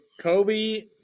Kobe